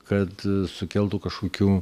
kad sukeltų kažkokių